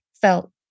felt